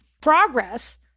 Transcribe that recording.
progress